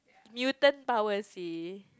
Newton power sia